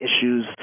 issues